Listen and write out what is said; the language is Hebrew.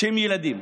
הם ילדים.